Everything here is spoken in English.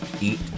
eat